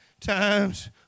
times